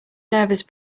nervous